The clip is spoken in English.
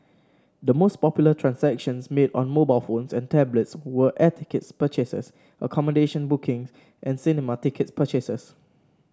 the most popular transactions made on mobile phones and tablets were air ticket purchases accommodation bookings and cinema ticket purchases